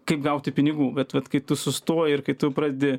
kaip gauti pinigų bet vat kai tu sustoji ir kai tu pradedi